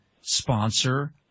sponsor